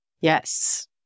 Yes